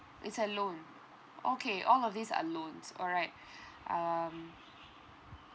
it's a loan okay all of these are loans alright um